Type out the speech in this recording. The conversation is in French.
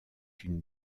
une